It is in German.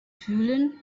fühlen